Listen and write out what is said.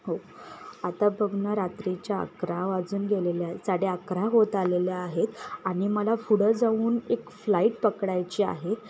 हो आता बघ ना रात्रीच्या अकरा वाजून गेलेले आहे साडे अकरा होत आलेले आहेत आणि मला पुढं जाऊन एक फ्लाईट पकडायची आहे